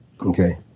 okay